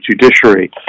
judiciary